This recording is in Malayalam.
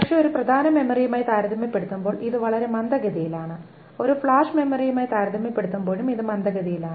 പക്ഷേ ഒരു പ്രധാന മെമ്മറിയുമായി താരതമ്യപ്പെടുത്തുമ്പോൾ ഇത് വളരെ മന്ദഗതിയിലാണ് ഒരു ഫ്ലാഷ് മെമ്മറിയുമായി താരതമ്യപ്പെടുത്തുമ്പോഴും ഇത് മന്ദഗതിയിലാണ്